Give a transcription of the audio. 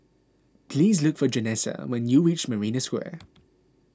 please look for Janessa when you reach Marina Square